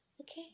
okay